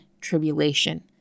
tribulation